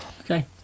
okay